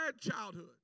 childhood